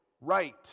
Right